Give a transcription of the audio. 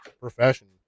profession